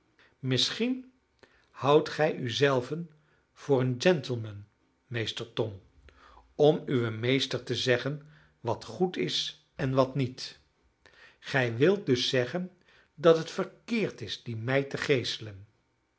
misschien houdt gij u zelven voor een gentleman meester tom om uwen meester te zeggen wat goed is en wat niet gij wilt dus zeggen dat het verkeerd is die meid te geeselen